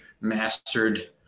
mastered